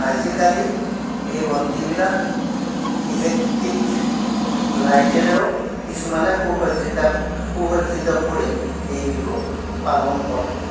আজিকালি এই বন্তিবিলাক ইলেক্ট্ৰিক লাইটেৰেও কিছুমানে সু সজ্জিত সু সজ্জিত কৰি এই বিহু পালন কৰে